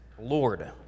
Lord